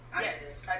Yes